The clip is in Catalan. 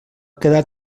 quedar